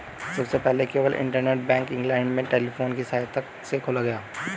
सबसे पहले केवल इंटरनेट बैंक इंग्लैंड में टेलीफोन की सहायता से खोला गया